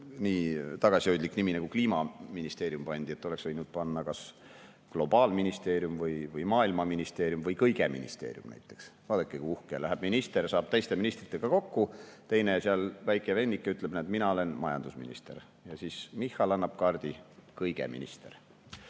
nii tagasihoidlik nimi nagu Kliimaministeerium pandi, et oleks võinud panna kas globaalministeerium või maailmaministeerium või kõigeministeerium näiteks. Vaadake, kui uhke! Minister läheb ja saab teiste ministritega kokku, teine seal, väike vennike, ütleb, et näed, mina olen majandusminister, ja siis Michal annab oma kaardi: kõigeminister.